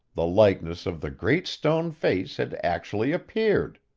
the likeness of the great stone face had actually appeared.